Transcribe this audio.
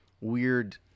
weird